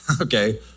Okay